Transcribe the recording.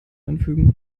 einfügen